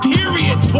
Period